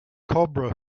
cobra